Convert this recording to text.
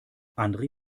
andre